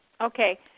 Okay